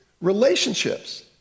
relationships